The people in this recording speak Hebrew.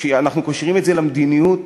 כשאנחנו קושרים את זה למדיניות